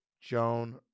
Joan